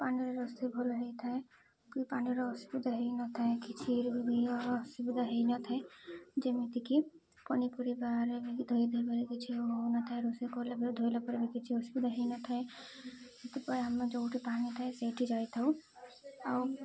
ପାଣିରେ ରୋଷେଇ ଭଲ ହେଇଥାଏ କି ପାଣିର ଅସୁବିଧା ହେଇନଥାଏ କିଛି ବି ଅସୁବିଧା ହେଇନଥାଏ ଯେମିତିକି ପନିପରିବାଠାରେ ବି ଧୋଇ ଧୋଇବାରେ କିଛି ହଉନଥାଏ ରୋଷେଇ କଲାପରେ ଧୋଇଲା ପରେ ବି କିଛି ଅସୁବିଧା ହେଇନଥାଏ ସେଥିପାଇଁ ଆମେ ଯେଉଁଠି ପାଣି ଥାଏ ସେଇଠି ଯାଇଥାଉ ଆଉ